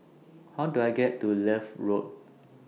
How Do I get to Leith Road